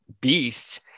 Beast